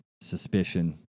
suspicion